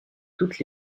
toutes